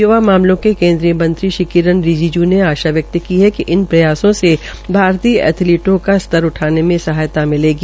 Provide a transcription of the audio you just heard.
य्वा मामलों के केन्द्रीय मंत्री किरण रिजिज् ने आशा व्यक्त की है कि इन प्रयासों से भारतीय एथलीटो का स्तर उठाने में सहायता मिलेगी